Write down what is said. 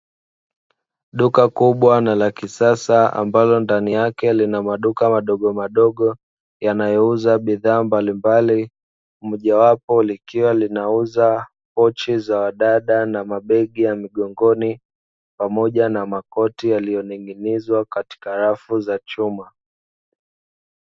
Duka kubwa na la kisasa ambalo ndani yake lina maduka madogo madogo yanayouza bidhaa mbalimbali, mojawapo likiwa linauza pochi za wadada na mabegi ya migongoni pamoja na makoti aliyoning'inizwa katika rafu za chuma.